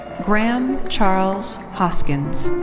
graham charles hoskins.